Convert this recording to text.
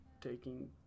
taking